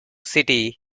city